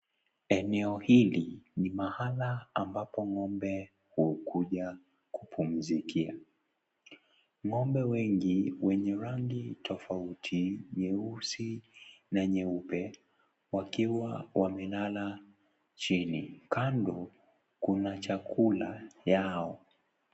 Eneo hili ni mahala ambapo ng'ombe hukuja kupumzikia, ng'ombe wengi wenye rangi tofauti nyeusi na nyeupe wakiwa wamelala chini kando kuna chakula yao.